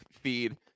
feed